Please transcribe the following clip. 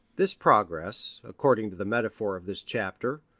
this progress, according to the metaphor of this chapter,